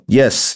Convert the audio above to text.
yes